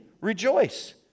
rejoice